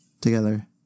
together